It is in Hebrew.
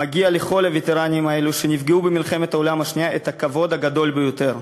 מגיע לכל הווטרנים האלו שנפגעו במלחמת העולם השנייה הכבוד הגדול ביותר.